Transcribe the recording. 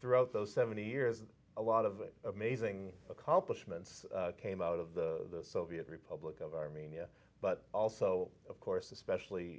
throughout those seventy years a lot of amazing accomplishments came out of the soviet republic of armenia but also of course especially